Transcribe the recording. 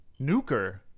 Nuker